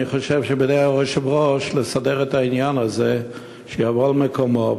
אני חושב שבידי היושב-ראש לסדר את העניין הזה שיבוא על מקומו,